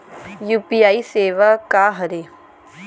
UPI सेवा का हरे?